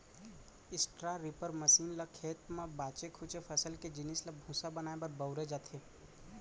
straw reaper machine ल खेत म बाचे खुचे फसल के जिनिस ल भूसा बनाए बर बउरे जाथे